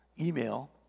email